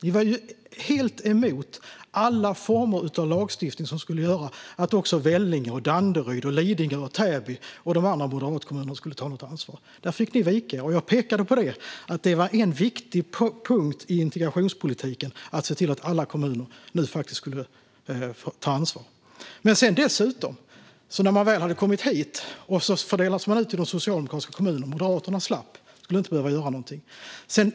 Ni var ju helt emot alla former av lagstiftningar som skulle göra att också Vellinge, Danderyd, Lidingö, Täby och de andra moderatkommunerna skulle ta ett ansvar. Men där fick ni vika er. Jag pekade på att det var en viktig punkt i integrationspolitiken att alla kommuner tog sitt ansvar. Men väl här fördelades de ut till de socialdemokratiska kommunerna. De moderata kommunerna slapp; de skulle inte behöva göra något.